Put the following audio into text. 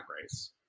Race